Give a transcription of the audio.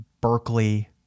Berkeley